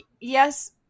yes